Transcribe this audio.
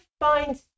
find